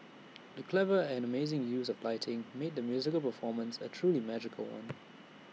the clever and amazing use of lighting made the musical performance A truly magical one